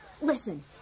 Listen